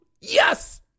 Yes